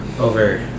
over